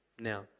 now